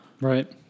Right